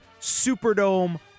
superdome